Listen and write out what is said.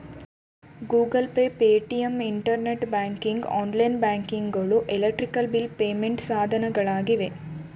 Google Pay, Paytm, internet banking, online banking ಗಳು electric bill payment ಸಾಧನಗಳಾಗಿವೆ